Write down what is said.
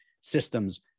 systems